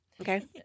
Okay